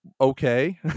Okay